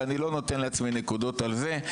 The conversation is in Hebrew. ואני לא נותן לעצמי נקודות על זה,